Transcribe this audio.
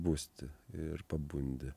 busti ir pabundi